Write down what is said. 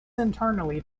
internally